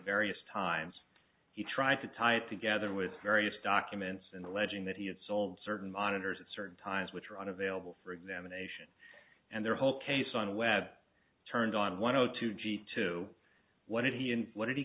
various times he tried to tie it together with various documents and alleging that he had sold certain monitors at certain times which were unavailable for examination and their whole case on the web turned on one no two g two what did he and what did he